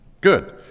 Good